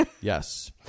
Yes